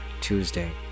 Tuesday